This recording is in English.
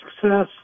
success